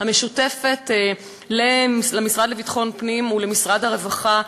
המשותפת למשרד לביטחון פנים ולמשרד הרווחה,